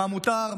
מה מותר,